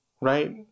right